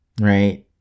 right